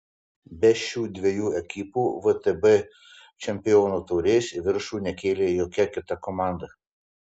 be šių dviejų ekipų vtb čempionų taurės į viršų nekėlė jokia kita komanda